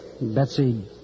Betsy